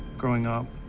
growing up,